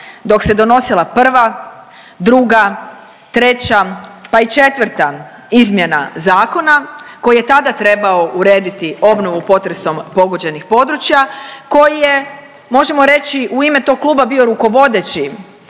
dok se donosila prva, druga, treća pa i četvrta izmjena zakona koji je tada trebao urediti obnovu potresom pogođenih područja, koji je možemo reći u ime tog kluba, bio rukovodeći